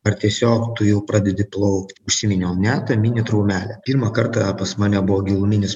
ar tiesiog tu jau pradedi plaukt užsiminiau ne ta mini traumelė pirmą kartą pas mane buvo giluminis